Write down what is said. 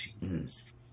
Jesus